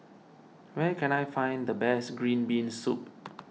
where can I find the best Green Bean Soup